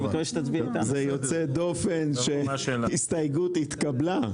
זה יוצא דופן שההסתייגות התקבלה.